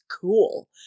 cool